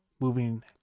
moving